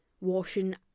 Washing